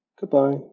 Goodbye